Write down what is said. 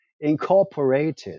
incorporated